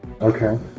Okay